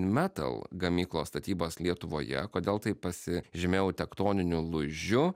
metal gamyklos statybas lietuvoje kodėl tai pasižymėjau tektoniniu lūžiu